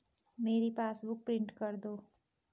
मेरी passbook print कर दो